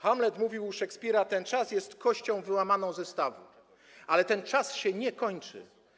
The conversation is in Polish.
Hamlet mówił u Szekspira: „Ten czas jest kością wyłamaną ze stawu”, ale ten czas się nie kończy.